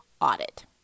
audit